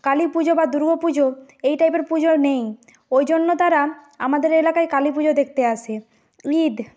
কালী পুজো বা দুর্গা পুজো এই টাইপের পুজো নেই ওই জন্য তারা আমাদের এলাকায় কালী পুজো দেখতে আসে ঈদ